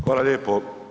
Hvala lijepo.